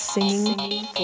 Singing